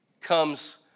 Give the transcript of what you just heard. comes